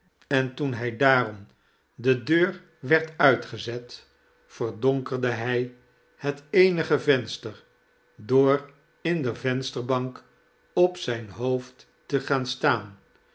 en toen hij daarom de deur werd uitgezet verdonkerde hij het eenige venster door in de vensterbank op zijn hoofd te gaan staan